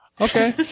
Okay